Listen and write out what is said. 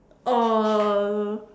uh